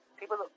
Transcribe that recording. people